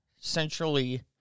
centrally